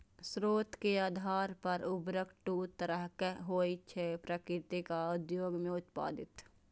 स्रोत के आधार पर उर्वरक दू तरहक होइ छै, प्राकृतिक आ उद्योग मे उत्पादित